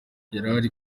yari